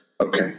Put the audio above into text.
okay